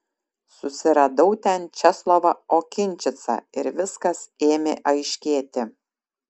susiradau ten česlovą okinčicą ir viskas ėmė aiškėti